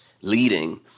leading